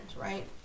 right